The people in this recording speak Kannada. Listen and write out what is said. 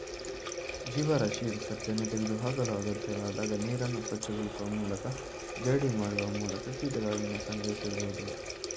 ಜೀವರಾಶಿ ವಿಸರ್ಜನೆ ತೆಗೆದುಹಾಕಲು ಅಗತ್ಯವಾದಾಗ ನೀರನ್ನು ಸ್ವಚ್ಛಗೊಳಿಸುವ ಮೂಲಕ ಜರಡಿ ಮಾಡುವ ಮೂಲಕ ಕೀಟಗಳನ್ನು ಸಂಗ್ರಹಿಸ್ಬೋದು